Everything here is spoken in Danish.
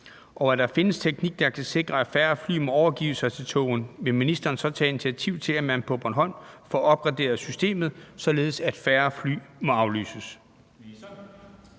og der findes teknik, der kan sikre, at færre fly må overgive sig til tågen, vil ministeren så tage initiativ til, at man på Bornholm får opgraderet systemet, således at færre fly må aflyses?